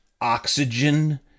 oxygen